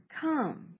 come